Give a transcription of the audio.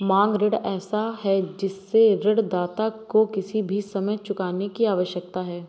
मांग ऋण ऐसा है जिससे ऋणदाता को किसी भी समय चुकाने की आवश्यकता है